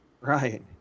Right